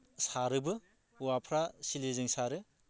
सारोबो हौवाफ्रा सिलिजों सारो